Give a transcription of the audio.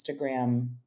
Instagram